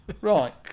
Right